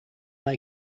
they